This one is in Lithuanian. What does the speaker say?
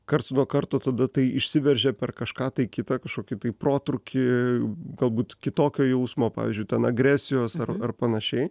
karts nuo karto tada tai išsiveržia per kažką tai kitą kažkokį tai protrūkį galbūt kitokio jausmo pavyzdžiui ten agresijos ar ar panašiai